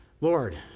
Lord